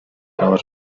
noves